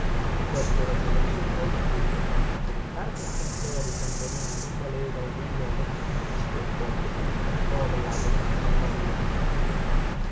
con questo ragionamento da cui potrete argomentare che la contea dei gamberini non valeva un milione il signor conte si ricattò dell'aria canzonatoria del signor prospero